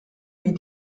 wie